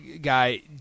guy